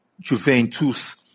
Juventus